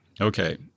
Okay